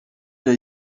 der